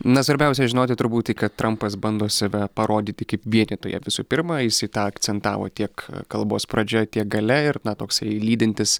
na svarbiausia žinoti turbūt tai kad trampas bando save parodyti kaip vienytoją visų pirma jisai tą akcentavo tiek kalbos pradžioje tiek gale ir na toksai lydintis